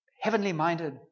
heavenly-minded